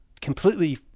completely